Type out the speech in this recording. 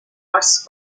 arts